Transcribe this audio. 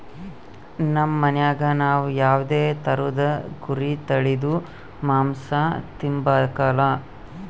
ನಮ್ ಮನ್ಯಾಗ ನಾವ್ ಯಾವ್ದೇ ತರುದ್ ಕುರಿ ತಳೀದು ಮಾಂಸ ತಿಂಬಕಲ